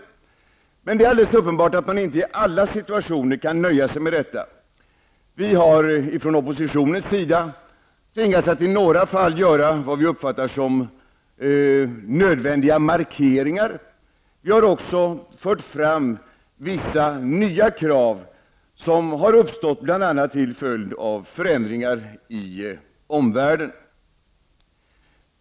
Det är alldeles uppenbart att man inte kan nöja sig med detta i alla situationer. Från oppositionens sida har vi i några fall tvingats göra vad vi uppfattar som nödvändiga markeringar. Vi har också fört fram vissa nya krav som uppstått bl.a. till följd av förändringar i omvärlden.